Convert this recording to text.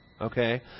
Okay